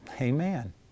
Amen